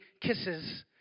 kisses